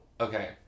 okay